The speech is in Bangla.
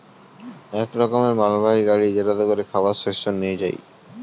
এক রকমের মালবাহী গাড়ি যেটাতে করে খাবার শস্য নিয়ে যায়